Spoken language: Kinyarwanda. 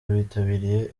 bitabiriye